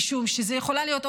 משום שזו יכולה להיות,